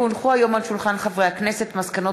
כי הונחו היום על שולחן הכנסת מסקנות